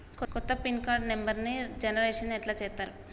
కొత్త pin card నెంబర్ని generation ఎట్లా చేత్తరు?